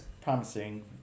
promising